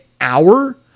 hour